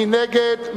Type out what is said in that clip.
מי נגד?